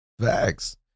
Facts